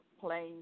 playing